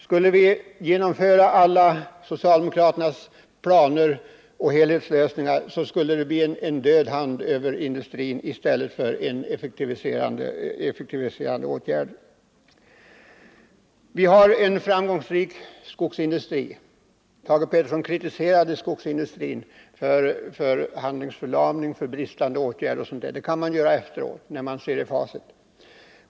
Skulle vi genomföra socialdemokraternas alla planer och helhetslösningar skulle vi få en död hand över industrin i stället för effektiviserande åtgärder. Vi har en framgångsrik skogsindustri. Thage Peterson kritiserade skogsindustrin för handlingsförlamning, bristande åtgärder m.m. Det kan man göra efteråt, när man sett i facit.